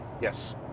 Yes